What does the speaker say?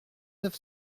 neuf